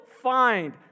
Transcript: find